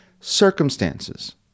circumstances